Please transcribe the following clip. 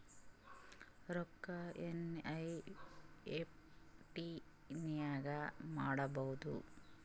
ರೊಕ್ಕ ಎನ್.ಇ.ಎಫ್.ಟಿ ಹ್ಯಾಂಗ್ ಮಾಡುವುದು?